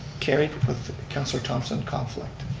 carried councilor thompson conflict.